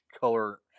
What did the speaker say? color